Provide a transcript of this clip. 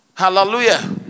Hallelujah